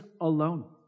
alone